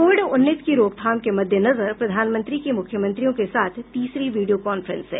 Covid उन्नीस की रोकथाम के मद्देनजर प्रधानमंत्री की मुख्यमंत्रियों के साथ तीसरी वीडियो कांफ्रेंस है